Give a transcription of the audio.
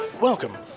Welcome